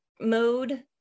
mode